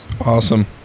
Awesome